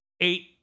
eight